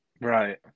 Right